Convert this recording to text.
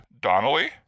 Donnelly